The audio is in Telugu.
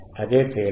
అదే తేడా